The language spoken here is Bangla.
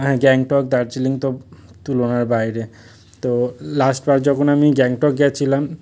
হ্যাঁ গ্যাংটক দার্জিলিং তো তুলনার বাইরে তো লাস্টবার যখন আমি গ্যাংটক গিয়েছিলাম